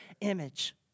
image